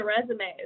resumes